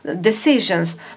decisions